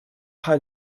hide